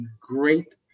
great